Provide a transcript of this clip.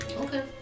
Okay